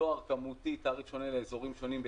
בדואר כמותי תעריף שונה לאזורים שונים,